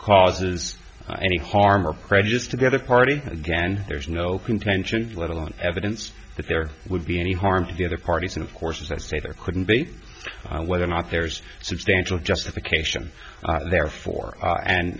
causes any harm or prejudice to the other party and again there's no contention let alone evidence that there would be any harm to the other parties and of course as i say there couldn't be whether or not there's substantial justification there for